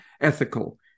ethical